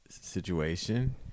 situation